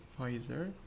pfizer